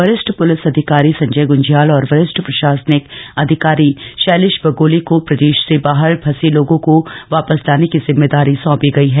वरिष्ठ पुलिस अधिकारी संजय गुंज्याल और वरिष्ठ प्रशासनिक अधिकारी शैलेश बगोली को प्रदेश से बाहर फंसे लोगों को वापस लाने की जिम्मेदारी सौपी गयी है